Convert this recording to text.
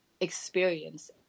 experience